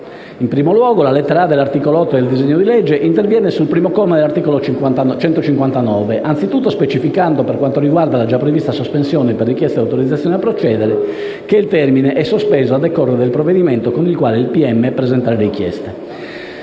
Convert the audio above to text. In primo luogo la lettera *a)* dell'articolo 8 del disegno di legge interviene sul primo comma dell'art. 159, anzitutto specificando, per quanto riguarda la già prevista sospensione per richiesta di autorizzazione a procedere, che il termine è sospeso a decorrere dal provvedimento con il quale il pubblico ministero